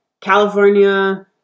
California